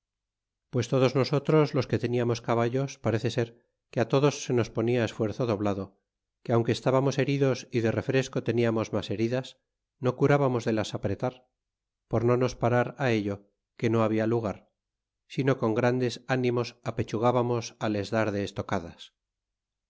pues todos nosotros los que teniamos caballos parece ser que todos se nos ponia esfuerzo doblado que aunque estábamos heridos y de refresco teniamos mas heridas no curábamos de las apretar por no nos parar ello que no habla lugar sino con grandes nimos apechugábamos á les dar de estocadas